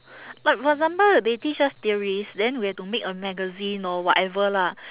like for example they teach us theories then we have to make a magazine or whatever lah